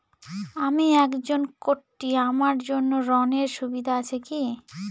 আমি একজন কট্টি আমার জন্য ঋণের সুবিধা আছে কি?